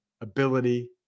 ability